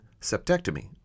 septectomy